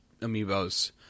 amiibos